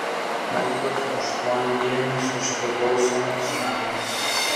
maldos aštuondienis už priklausomus žmones